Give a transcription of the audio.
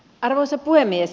arvoisa puhemies